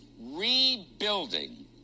rebuilding